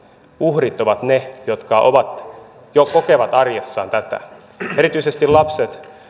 uhrit ovat ne jotka jo kokevat arjessaan tätä erityisesti lapset